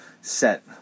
set